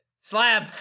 Slab